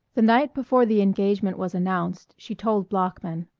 the night before the engagement was announced she told bloeckman.